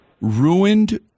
ruined